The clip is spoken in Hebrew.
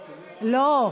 לא.